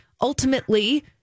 ultimately